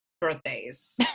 birthdays